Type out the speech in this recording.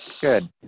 Good